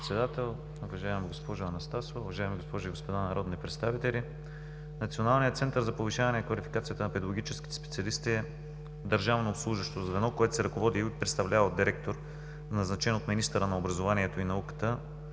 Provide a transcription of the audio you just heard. госпожо Председател, уважаема госпожо Анастасова, уважаеми госпожи и господа народни представители! Националният център за повишаване на квалификацията на педагогическите специалисти е държавно обслужващо звено, което се ръководи и представлява от директор, назначен от министъра на образованието и науката